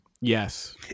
Yes